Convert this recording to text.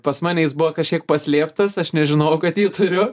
pas mane jis buvo kažkiek paslėptas aš nežinojau kad jį turiu